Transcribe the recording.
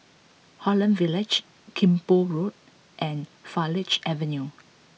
Holland Village Kim Pong Road and Farleigh Avenue